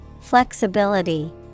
Flexibility